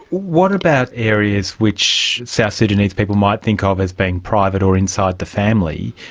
what about areas which south sudanese people might think ah of as being private or inside the family,